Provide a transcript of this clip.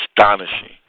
astonishing